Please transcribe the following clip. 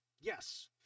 yes